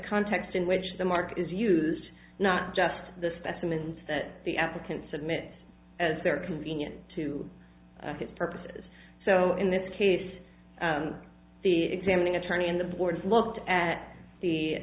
context in which the mark is used not just the specimens that the applicant submit as they are convenient to that purpose so in this case the examining attorney and the board's looked at the